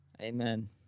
Amen